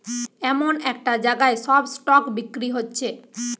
এমন একটা জাগায় সব স্টক বিক্রি হচ্ছে